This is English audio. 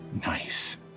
Nice